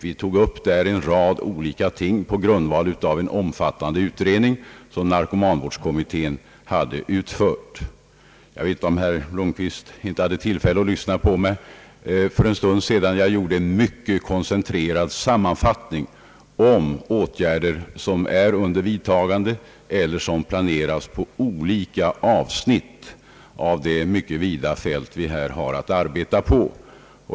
Vi tog där upp en rad olika förslag på grundval av den omfattande utredning som narkomanvårdskommittén hade utfört. Jag vet inte om herr Blomquist hade tillfälle att lyssna på mig för en stund sedan, då jag gjorde en mycket koncentrerad sammanfattning av åtgärder som håller på att vidtagas eller som planeras på olika avsnitt av det mycket vida fält vi här har att arbeta på.